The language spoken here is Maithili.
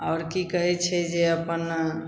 आओर कि कहै छै जे अपन